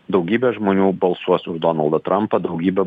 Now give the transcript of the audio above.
daugybė žmonių balsuos už donaldą trampą daugybė